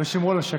שמרו על השקט.